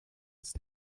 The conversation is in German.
ist